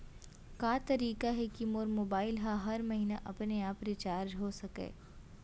का तरीका हे कि मोर मोबाइल ह हर महीना अपने आप रिचार्ज हो सकय?